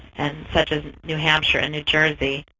and such as new hampshire and new jersey,